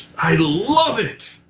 i love it.